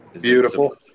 Beautiful